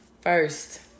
First